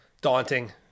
daunting